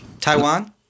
Taiwan